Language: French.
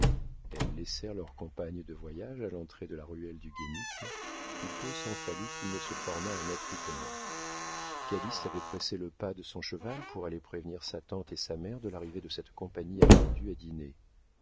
elles laissèrent leurs compagnes de voyage à l'entrée de la ruelle du guénic où peu s'en fallut qu'il ne se formât un attroupement calyste avait pressé le pas de son cheval pour aller prévenir sa tante et sa mère de l'arrivée de cette compagnie attendue à dîner